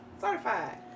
Certified